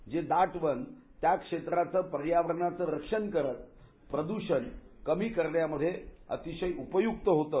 जे दाट वन त्या क्षेत्राच्या पर्यावरणाचं रक्षण करत प्रदषण कमी करण्यामध्ये अतिशय उपयूक्त होतं